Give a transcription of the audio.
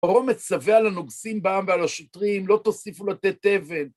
פרעה מצווה על הנוגסים בעם ועל השוטרים, לא תוסיפו לתת תבן.